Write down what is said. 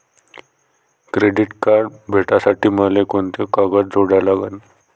Credit card भेटासाठी मले कोंते कागद जोडा लागन?